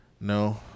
No